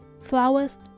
Flowers